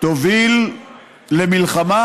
תוביל למלחמה,